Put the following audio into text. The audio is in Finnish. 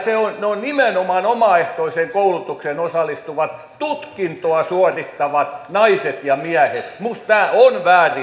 he ovat nimenomaan omaehtoiseen koulutukseen osallistuvat tutkintoa suorittavat naiset ja miehet minusta tämä on väärin heille